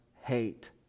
hate